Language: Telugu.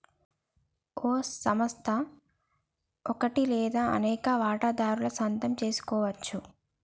ఓ సంస్థ ఒకటి లేదా అనేక వాటాదారుల సొంతం సెసుకోవచ్చు